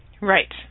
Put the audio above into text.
Right